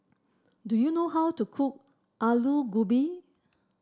do you know how to cook Alu Gobi